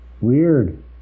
weird